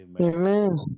amen